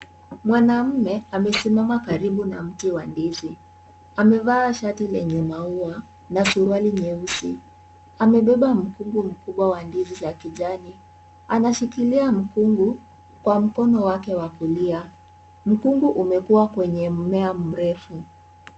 Mwanamume amesimama karibu na mti wa ndizi. Amevaa shati lenye maua na surrualinyeusi. Amebeba mkungu mkubwa wa ndizi za kijani. Anashikilia mkungu kwa mkono wake wa kulia. Mkungu umekua kwenye mmea mrefu.